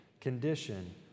condition